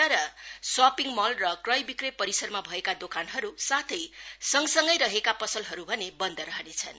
तर shopping mall र क्रयविक्रय परिसरमा भएका दोकानहरू साथै संगसँगै रहेका पसलहरू भने बन्द रहनेछन्